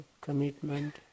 commitment